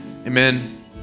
Amen